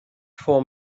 for